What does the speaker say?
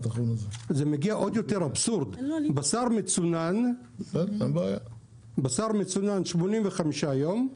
עוד יותר אבסורד, בשר מצונן 85 יום,